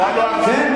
נפלה לו הווי"ו,